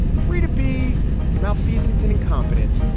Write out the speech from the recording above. free to be malfeasant and incompetent.